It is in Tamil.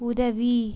உதவி